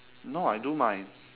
no I do my